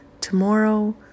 tomorrow